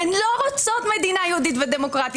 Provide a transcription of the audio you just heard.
הן לא רוצות מדינה יהודית ודמוקרטית.